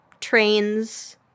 trains